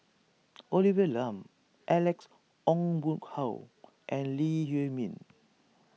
Olivia Lum Alex Ong Boon Hau and Lee Huei Min